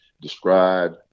describe